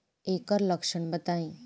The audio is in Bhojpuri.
ऐकर लक्षण बताई?